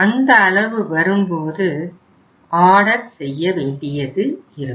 அந்த அளவு வரும்போது ஆர்டர் செய்ய வேண்டியது இருக்கும்